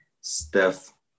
Steph